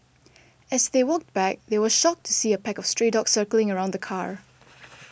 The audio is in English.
as they walked back they were shocked to see a pack of stray dogs circling around the car